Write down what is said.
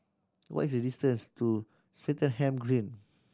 what is the distance to Swettenham Green